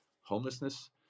Homelessness